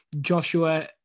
Joshua